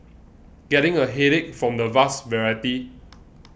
getting a headache from the vast variety